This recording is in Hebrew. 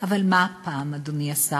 אבל מה הפעם, אדוני השר?